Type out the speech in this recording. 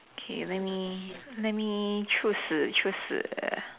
K let me let me choose choose